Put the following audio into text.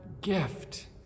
gift